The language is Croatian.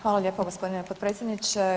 Hvala lijepo gospodine potpredsjedniče.